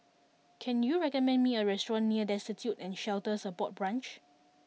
can you recommend me a restaurant near Destitute and Shelter Support Branch